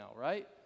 right